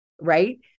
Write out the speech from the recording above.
right